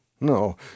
No